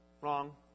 Wrong